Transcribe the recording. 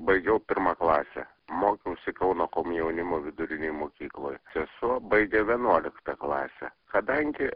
baigiau pirmą klasę mokiausi kauno komjaunimo vidurinėj mokykloj sesuo baigė vienuoliktą klasę kadangi